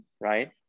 right